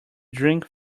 drink